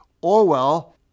Orwell